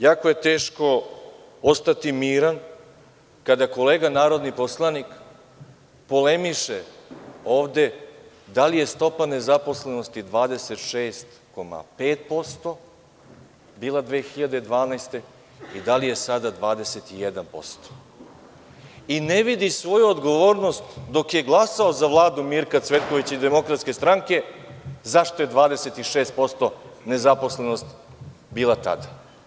Jako je teško ostati miran kada kolega narodni poslanik polemiše ovde da li je stopa nezaposlenosti 26,5% bila 2012. godine i da li je sada 21% i ne vidi svoju odgovornost dok je glasao za Vladu Mirka Cvetkovića i DS, zašto je 26% nezaposlenost bila tada.